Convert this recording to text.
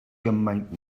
gymaint